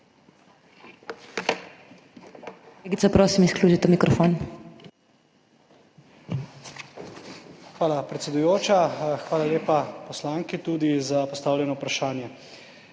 Hvala, predsedujoča. Hvala lepa tudi poslanki za postavljeno vprašanje.